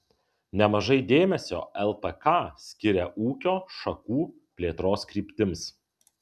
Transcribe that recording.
nemažai dėmesio lpk skiria ūkio šakų plėtros kryptims